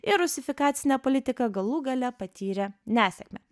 ir rusifikacinė politika galų gale patyrė nesėkmę